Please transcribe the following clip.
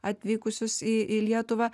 atvykusius į į lietuvą